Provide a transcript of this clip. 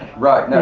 right yeah,